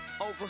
over